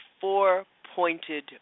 four-pointed